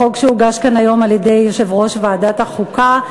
לחוק שהוגש כאן היום על-ידי יושב-ראש ועדת החוקה.